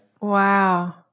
Wow